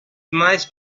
nice